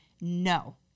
no